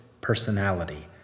personality